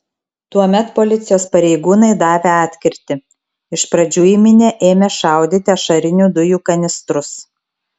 tuomet policijos pareigūnai davė atkirtį iš pradžių į minią ėmė šaudyti ašarinių dujų kanistrus